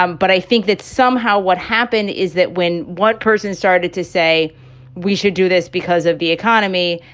um but i think that somehow what happened is that when one person started to say we should do this because of the economy,